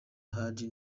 heard